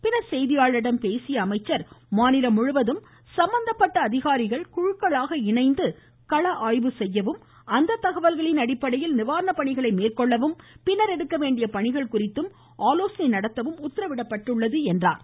பின்னர் செய்தியாளர்களிடம் பேசிய அமைச்சர் மாநிலம் முழுவதும் சம்பந்தப்ப்ட்ட அதிகாரிகள் குழுக்களாக இணைந்து களஆய்வு செய்யவும் அத் தகவல்களின் அடிப்படையில் நிவாரண பணிகளை மேற்கொள்ளவும் பின்னர் எடுக்கவேண்டிய பணிகள் குறித்து ஆலோசனை நடத்தவும் உத்தவிடப்பட்டுள்ளது என்றார்